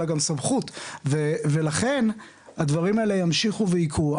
אלא גם סמכות ולכן הדברים האלה ימשיכו ויקרו.